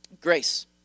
grace